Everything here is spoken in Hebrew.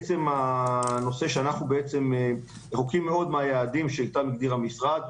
אנחנו רחוקים מאוד מהיעדים שאותם הגדיר המשרד.